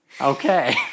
Okay